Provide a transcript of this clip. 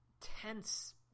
tense